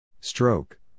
Stroke